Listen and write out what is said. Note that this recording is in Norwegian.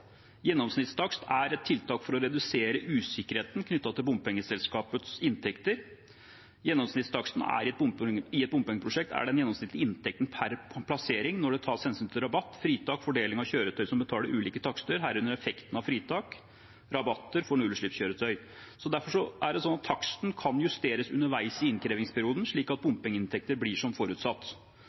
Gjennomsnittstakst er et tiltak for å redusere usikkerheten knyttet til bompengeselskapets inntekter. Gjennomsnittstaksten i et bompengeprosjekt er den gjennomsnittlige inntekten per passering når det tas hensyn til rabatt, fritak og fordeling av kjøretøy som betaler ulike takster, herunder effekten av fritak og rabatter for nullutslippskjøretøy. Derfor kan taksten justeres underveis i innkrevingsperioden, slik at bompengeinntektene blir som forutsatt.